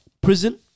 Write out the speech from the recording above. prison